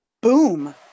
Boom